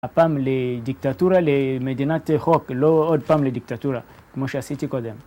הפעם לדיקטטורה למדינת חוק, לא עוד פעם לדיקטטורה, כמו שעשיתי קודם.